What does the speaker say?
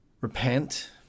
repent